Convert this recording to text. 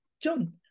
John